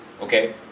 okay